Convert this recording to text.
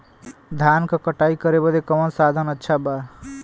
धान क कटाई करे बदे कवन साधन अच्छा बा?